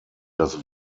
das